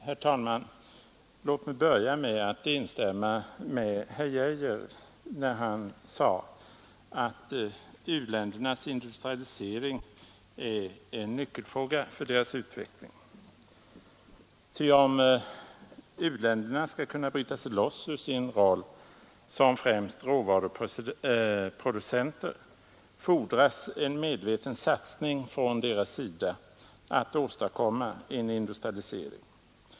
Herr talman! Låt mig börja med att instämma i herr Arne Geijers i — Det statliga utveck Stockholm uttalande att u-ländernas industrialisering är en nyckelfråga lingsbiståndet för deras utveckling. Om u-länderna skall bryta sig loss ur sin roll som främst råvaruproducenter fordras nämligen en medveten satsning från deras sida på att åstadkomma en industrialisering.